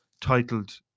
titled